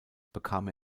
bekam